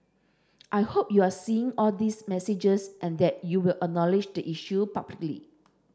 I hope you're seeing all these messages and that you will acknowledge the issue publicly